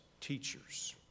teachers